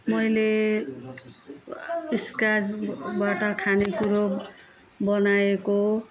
मैले सक्र्याचबाट खाने कुरो बनाएको